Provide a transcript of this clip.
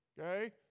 Okay